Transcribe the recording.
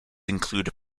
include